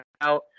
out